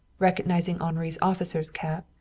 recognizing henri's officer's cap,